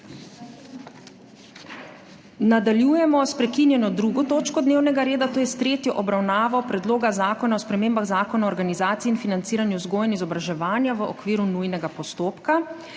Nadaljujemo s prekinjeno 2. točko dnevnega reda, to je s tretjo obravnavo Predloga zakona o spremembah Zakona o organizaciji in financiranju vzgoje in izobraževanja v okviru nujnega postopka.